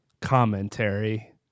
commentary